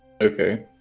Okay